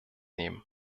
nehmen